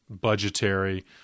budgetary